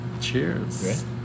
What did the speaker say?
Cheers